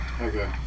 Okay